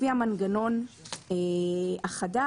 לפי המנגנון החדש,